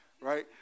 right